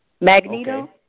Magneto